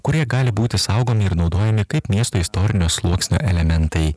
kurie gali būti saugomi ir naudojami kaip miesto istorinio sluoksnio elementai